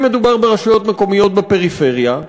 אם מדובר ברשויות מקומיות בפריפריה,